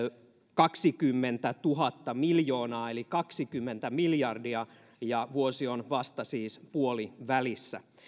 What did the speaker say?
kaksikymmentätuhatta miljoonaa eli kaksikymmentä miljardia ja vuosi on vasta siis puolivälissä